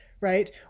right